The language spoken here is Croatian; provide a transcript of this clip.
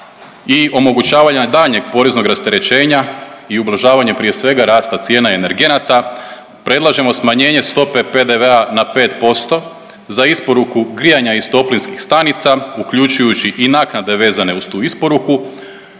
i omogućavanja daljnjeg poreznog rasterećenja i ublažavanje prije svega rasta cijena energenata predlažemo smanjenje stope PDV-a na 5% za isporuku grijanja iz toplinskih stanica uključujući i naknade vezane uz tu isporuku,